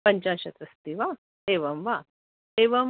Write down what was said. पञ्चाशत् अस्ति वा एवं वा एवं